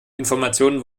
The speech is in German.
informationen